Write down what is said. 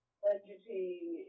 budgeting